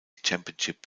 championship